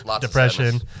depression